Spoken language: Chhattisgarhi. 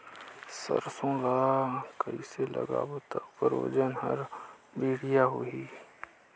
सरसो ला कइसे लगाबो ता ओकर ओजन हर बेडिया होही?